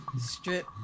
strip